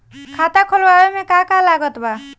खाता खुलावे मे का का लागत बा?